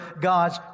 God's